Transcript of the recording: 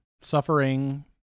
Suffering